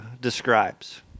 describes